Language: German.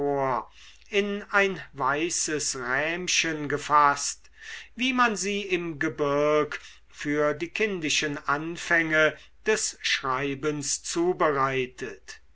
in ein weißes rähmchen gefaßt wie man sie im gebirg für die kindischen anfänge des schreibens zubereitet